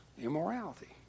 immorality